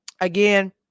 again